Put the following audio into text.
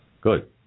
Good